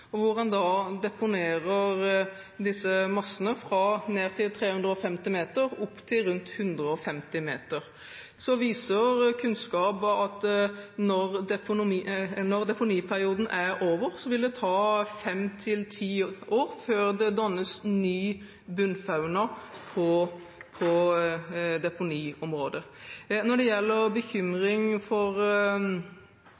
og hvor en da deponerer disse massene fra ned til 350 meter opp til rundt 150 meter. Så viser kunnskap at når deponiperioden er over, vil det ta fem–ti år før det dannes ny bunnfauna på deponiområdet. Når det gjelder bekymring for